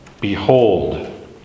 Behold